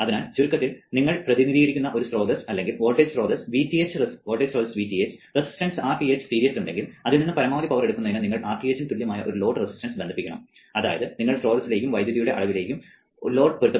അതിനാൽ ചുരുക്കത്തിൽ നിങ്ങൾക്ക് പ്രതിനിധീകരിക്കുന്ന ഒരു സ്രോതസ്സ് വോൾട്ടേജ് സ്രോതസ്സ് Vth റെസിസ്റ്റൻസ് Rth സീരീസ് ഉണ്ടെങ്കിൽ അതിൽ നിന്ന് പരമാവധി പവർ എടുക്കുന്നതിന് നിങ്ങൾ Rth ന് തുല്യമായ ഒരു ലോഡ് റെസിസ്റ്റൻസ് ബന്ധിപ്പിക്കണം അതായത് നിങ്ങൾ സ്രോതസ്സിലേക്കും വൈദ്യുതിയുടെ അളവിലേക്കും ലോഡ് പൊരുത്തപ്പെടുത്തണം